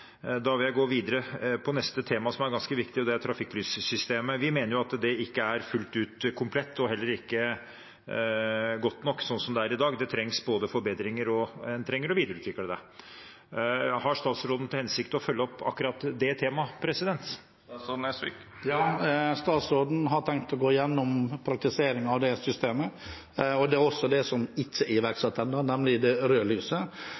da vil jeg gå videre til neste tema, som er ganske viktig, og det er trafikklyssystemet. Vi mener at det ikke er fullt ut komplett, og heller ikke godt nok, sånn som det er i dag. Det trengs forbedringer, og en trenger å videreutvikle det. Har statsråden til hensikt å følge opp akkurat det temaet? Ja, statsråden har tenkt å gå gjennom praktiseringen av det systemet, også det som ikke er